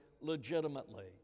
legitimately